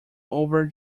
over